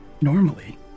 normally